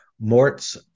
Mort's